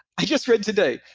i just read today,